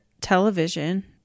television